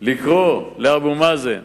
לקרוא לאבו מאזן